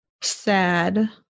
sad